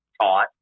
taught